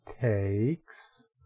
takes